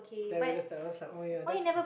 then I realise that I was like oh ya that's